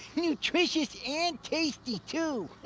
nutritious and tasty too.